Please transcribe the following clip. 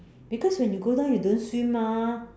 because when you go down you don't swim mah